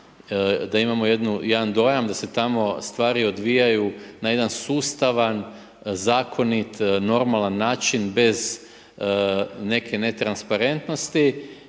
da imamo jedan dojam da se tamo stvari odvijaju na jedan sustavan, zakonit, normalan način bez neke netransparentnosti